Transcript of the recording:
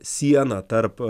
siena tarp